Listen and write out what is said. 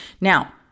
now